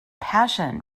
passion